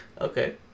Okay